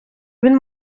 він